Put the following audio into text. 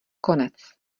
konec